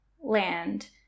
land